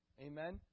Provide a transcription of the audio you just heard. Amen